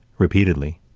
repeatedly,